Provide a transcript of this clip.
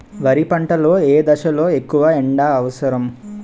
వరి పంట లో ఏ దశ లొ ఎక్కువ ఎండా అవసరం?